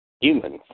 humans